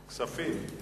כספים.